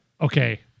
Okay